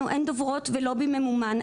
לנו אין דוברות ולובי ממומן.